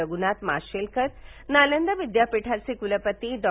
रघुनाथ माशेलकर नालदा विद्यापीठाचे क्लपती डॉ